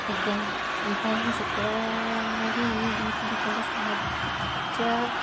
ଆଜ୍ଞା ସନ୍ତାନ ଶିଖିବାରେ ଆମେ ବହୁତ ଲୋକଙ୍କ ସାହାଯ୍ୟ